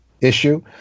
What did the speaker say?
issue